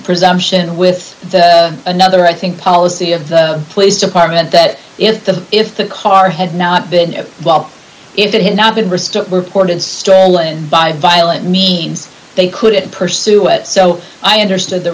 presumption with another i think policy of the police department that if the if the car had not been well if it had not been reported stolen by violent means they couldn't pursue it so i understood the